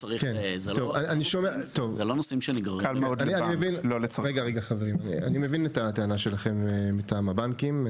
אני מבין את הטענה שלכם, מטעם הבנקים.